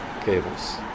cables